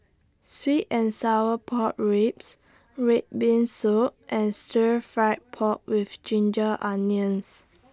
Sweet and Sour Pork Ribs Red Bean Soup and Stir Fried Pork with Ginger Onions